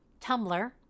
Tumblr